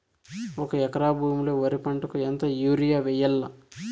ఒక ఎకరా భూమిలో వరి పంటకు ఎంత యూరియ వేయల్లా?